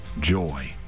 joy